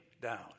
down